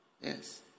Yes